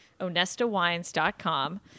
onestawines.com